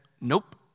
nope